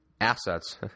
assets